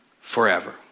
forever